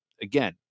again